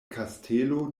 kastelo